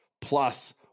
plus